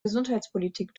gesundheitspolitik